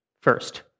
First